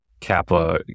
kappa